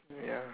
ya